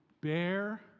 bear